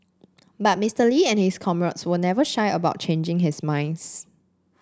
but Mister Lee and his comrades were never shy about changing his minds